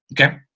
okay